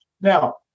Now